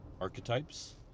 archetypes